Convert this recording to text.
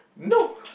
no